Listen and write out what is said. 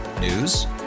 News